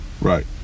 Right